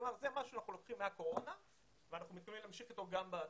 זה משהו שאנחנו לוקחים מהקורונה ואנחנו מתכוונים להמשיך אתו גם בעתיד.